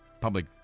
public